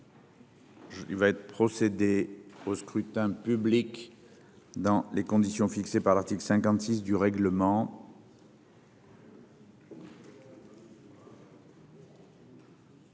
Il va être procédé au scrutin dans les conditions fixées par l'article 56 du règlement.